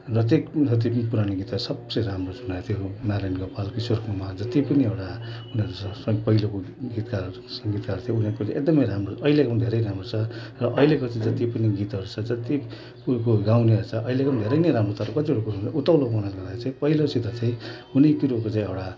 र त्यो जति पनि पुरानो गीतहरू छ सब से राम्रो सुनेको थियो नारायण गोपाल किशोर कुमार जति पनि एउटा उनीहरू पहिलाको गीतकारहरू सङ्गीतकार थियो उनीहरूको चाहिँ एकदम राम्रो अहिलेको भन्दा चाहिँ धेरै राम्रो छ र अहिलेको चाहिँ जति पनि गीतहरू छ जति उनको गाउनेहरू छ अहिलेको धेरै नै राम्रो तर कतिवटा कुरो उत्ताउलोपनले गर्दा चाहिँ पहिलोसित चाहिँ कुनै कुरोको चाहिँ एउटा